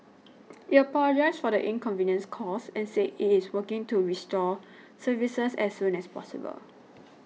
it apologised for the inconvenience caused and said it is working to restore services as soon as possible